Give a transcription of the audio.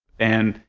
and,